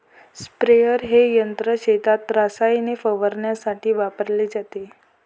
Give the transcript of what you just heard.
sprayer हे यंत्र शेतात रसायने फवारण्यासाठी वापरले जाते